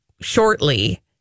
shortly